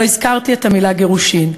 לא הזכרתי את המילה גירושין.